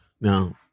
Now